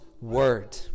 Word